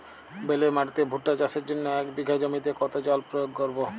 বেলে মাটিতে ভুট্টা চাষের জন্য এক বিঘা জমিতে কতো জল প্রয়োগ করব?